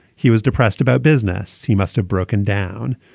he was depressed about business. he must have broken down.